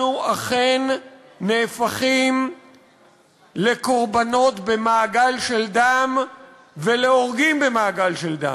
אנחנו אכן נהפכים לקורבנות במעגל של דם ולהורגים במעגל של דם,